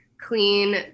clean